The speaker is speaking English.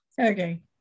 okay